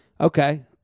Okay